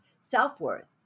self-worth